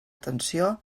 atenció